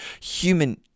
Human